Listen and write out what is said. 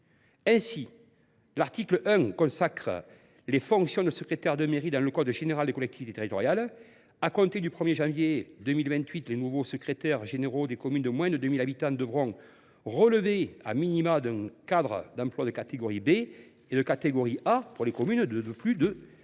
Ainsi, l’article 1 A consacre les fonctions de secrétaire de mairie dans le code général des collectivités territoriales. À compter du 1 janvier 2028, les nouveaux secrétaires généraux des communes de moins de 2 000 habitants devront relever d’un cadre d’emploi de catégorie B et ceux des communes de plus de 2